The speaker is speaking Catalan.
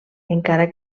encara